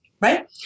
right